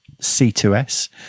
C2S